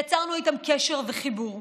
יצרנו איתם קשר וחיבור.